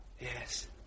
Yes